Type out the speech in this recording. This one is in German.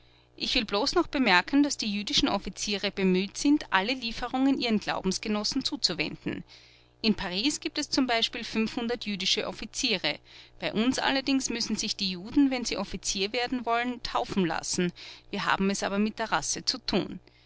ich will bloß noch bemerken daß die jüdischen offiziere bemüht sind alle lieferungen ihren glaubensgenossen zuzuwenden in paris gibt es z b jüdische offiziere bei uns allerdings müssen sich die juden wenn sie offizier werden wollen taufen lassen wir haben es aber mit der rasse zu tun